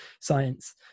science